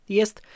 jest